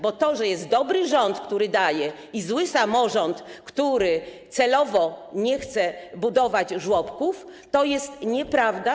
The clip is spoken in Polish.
Bo to, że jest dobry rząd, który daje, i zły samorząd, który celowo nie chce budować żłobków, to jest nieprawda.